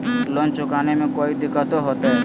Loan चुकाने में कोई दिक्कतों होते?